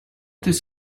this